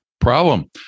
Problem